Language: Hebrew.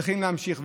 צריכים להמשיך.